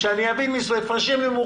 מספרים.